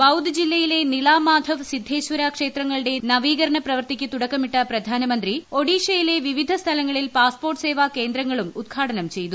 ബൌദ് ജില്ലയിലെ നിള മാധവ് സിദ്ദേശ്വർ ക്ഷേത്രങ്ങളുടെ നവീകരണ പ്രവൃത്തിയ്ക്ക് തുടക്കമിട്ട പ്രധാനമന്ത്രി ഒഡിഷയിലെ വിവിധ സ്ഥലങ്ങളിൽ പാസ്പോർട്ട് സേവാ കേന്ദ്രങ്ങളും ഉദ്ഘാടനം ചെയ്തു